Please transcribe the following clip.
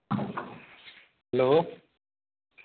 hello